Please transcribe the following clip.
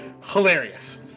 hilarious